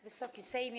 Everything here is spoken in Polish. Wysoki Sejmie!